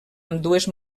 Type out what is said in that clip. ambdues